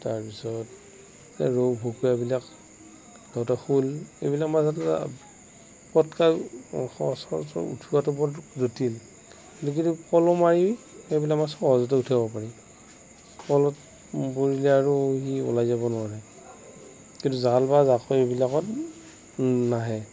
তাৰপিছত এই ৰৌ ভকোৱা এইবিলাক তাপিছত শ'ল এইবিলাক মাছ পতকে সহজ সহজ উঠোৱাতো বৰ জটিল কিন্তু পল' মাৰি সেইবিলাক মাছ সহজতে উঠাব পাৰি পল'ত পৰিলে আৰু সি ওলাই যাব নোৱাৰে কিন্তু জাল বা জাকৈ এইবিলাকত নাহে